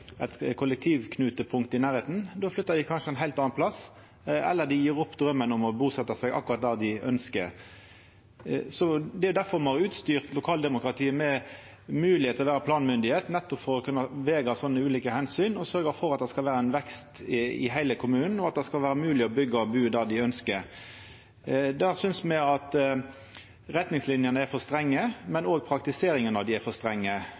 ein heilt annan plass, eller dei gjev opp draumen om å busetja seg akkurat der dei ønskjer. Det er difor me har utstyrt lokaldemokratiet med moglegheit til å vera planmyndigheit, nettopp for å kunna vega slike ulike omsyn og sørgja for at det skal vera ein vekst i heile kommunen, og at det skal vera mogleg å byggja og bu der ein ønskjer. Då synest me at retningslinjene er for strenge, men òg at praktiseringa av dei er for